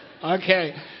Okay